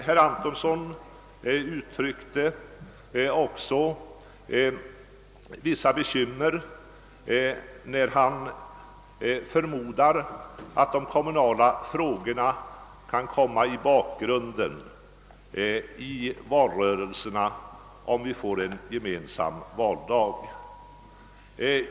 Herr Antonsson uttryckte nyss vissa bekymmer och sade att de kommunala frågorna kan komma i bakgrunden i valrörelsen, om vi får en gemensam valdag.